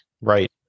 Right